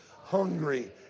hungry